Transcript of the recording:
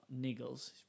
niggles